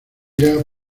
era